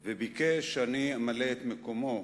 הוא פנה אלי וביקש שאני אמלא את מקומו.